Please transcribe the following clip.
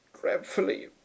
dreadfully